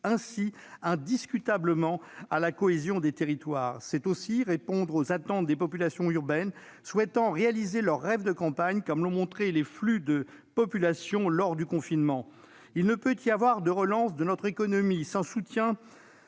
ainsi indiscutablement à la cohésion des territoires. C'est aussi répondre aux attentes des populations urbaines souhaitant réaliser leur rêve de campagne, comme l'ont montré les flux de population lors du confinement. Il ne peut y avoir de relance de notre économie sans soutien,